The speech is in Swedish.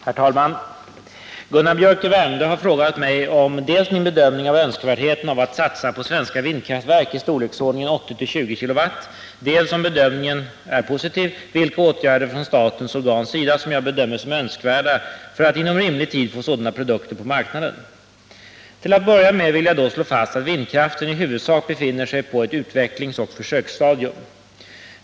Herr talman! Gunnar Biörck i Värmdö har frågat mig om dels min bedömning av önskvärdheten av att satsa på svenska vindkraftverk i storleksordningen 8-20 kW, dels — om bedömningen är positiv — vilka åtgärder från statliga organs sida som jag bedömer som önskvärda för att inom rimlig tid få sådana produkter på marknaden. Till att börja med vill jag slå fast att vindkraften i huvudsak befinner sig på ett utvecklingsoch försöksstadium.